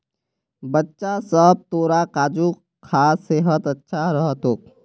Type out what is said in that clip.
बच्चा सब, तोरा काजू खा सेहत अच्छा रह तोक